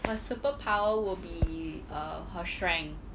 her superpower would be uh her strength